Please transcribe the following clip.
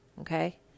Okay